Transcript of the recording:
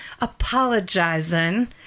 apologizing